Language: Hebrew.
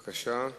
בבקשה.